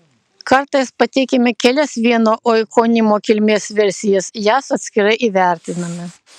kartais pateikiame kelias vieno oikonimo kilmės versijas jas atskirai įvertiname